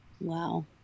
Wow